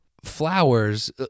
flowers